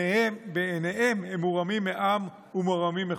שבעיניהם הם מורמים מעם ומורמים מהחוק.